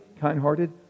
kind-hearted